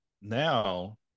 now